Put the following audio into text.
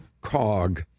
cog